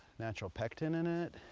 natural pectin in it.